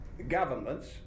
Governments